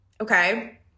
Okay